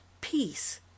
peace